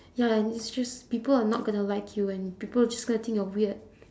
ya and it's just people are not going to like you and people are just gonna think you're weird